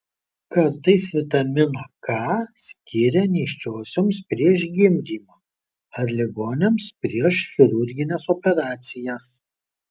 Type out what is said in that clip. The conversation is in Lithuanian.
kartais vitaminą k skiria nėščiosioms prieš gimdymą ar ligoniams prieš chirurgines operacijas